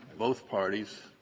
both parties,